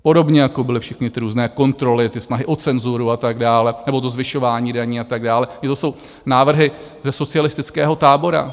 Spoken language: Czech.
Podobně jako byly všechny různé kontroly, ty snahy o cenzuru a tak dále, nebo to zvyšování daní a tak dále, to jsou návrhy ze socialistického tábora.